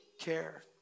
care